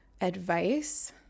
advice